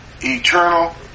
eternal